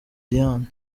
diane